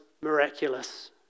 miraculous